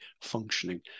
functioning